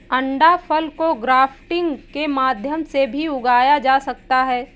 अंडाफल को ग्राफ्टिंग के माध्यम से भी उगाया जा सकता है